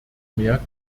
mehr